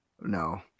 No